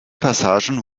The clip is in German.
passagen